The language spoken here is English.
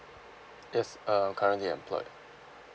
yes I'm currently employed